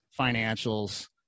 financials